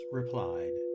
replied